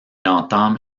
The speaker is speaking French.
entame